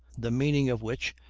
the meaning of which,